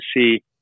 see